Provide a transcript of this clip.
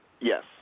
Yes